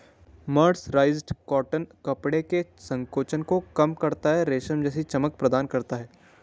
mercerised cotton कपड़े के संकोचन को कम करता है, रेशम जैसी चमक प्रदान करता है